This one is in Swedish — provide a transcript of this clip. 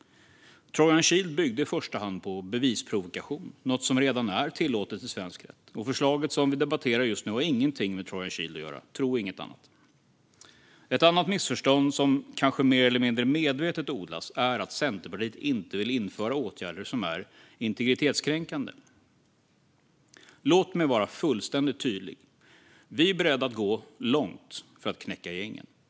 Trojan Shield byggde i första hand på bevisprovokation, vilket är något som redan är tillåtet i svensk rätt. Förslaget som vi debatterar just nu har ingenting med Trojan Shield att göra. Tro inget annat. Ett annat missförstånd som kanske mer eller mindre medvetet odlas är att Centerpartiet inte vill införa åtgärder som är integritetskränkande. Låt mig vara fullständigt tydlig: Vi är beredda att gå långt för att knäcka gängen.